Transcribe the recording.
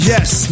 Yes